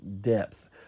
depths